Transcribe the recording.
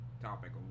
topic